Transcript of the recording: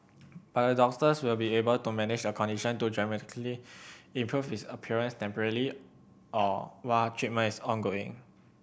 but the doctors will be able to manage the condition to dramatically improve its appearance temporarily or while treatment is ongoing